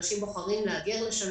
אנשים בוחרים להגר לשם,